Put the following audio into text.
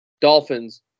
Dolphins